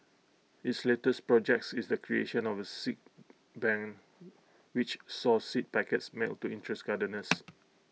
its latest projects is the creation of A seed bank which saw seed packets mailed to interested gardeners